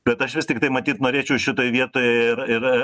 bet aš vis tiktai matyt norėčiau šitoj vietoj ir ir